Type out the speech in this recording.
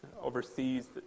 overseas